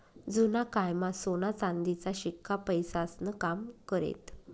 जुना कायमा सोना चांदीचा शिक्का पैसास्नं काम करेत